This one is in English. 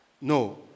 No